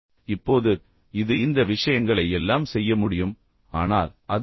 இப்போது இது இந்த விஷயங்களை எல்லாம் செய்ய முடியும் ஆனால் அது என்ன